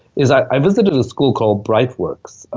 is i visited a school called brightworks,